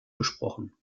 gesprochen